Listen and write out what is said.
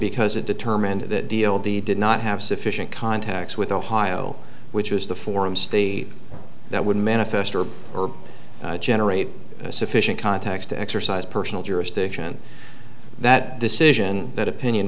because it determined that deal they did not have sufficient contacts with ohio which was the forms they that would manifest or generate sufficient contacts to exercise personal jurisdiction that decision but opinion